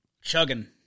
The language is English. chugging